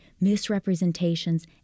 misrepresentations